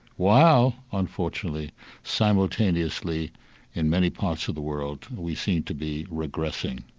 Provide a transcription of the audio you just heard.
while unfortunately simultaneously in many parts of the world we seem to be regressing.